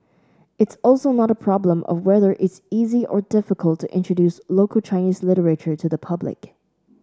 it's also not a problem of whether it's easy or difficult to introduce local Chinese literature to the public